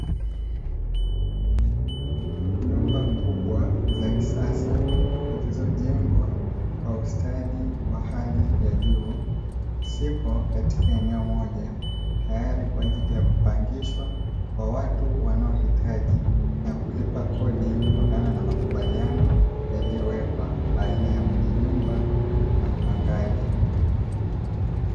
Nyumba kubwa za kisasa zilizojengwa kwa ustadi wa hali ya juu, zipo katika eneo moja tayari kwa ajili ya kupangishwa kwa watu wanao hitaji na kulipa kodi, kutokana na makubaliano yaliyowekwa baina ya mwenye nyumba na mpangaji.